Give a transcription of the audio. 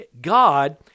God